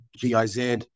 GIZ